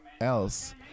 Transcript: else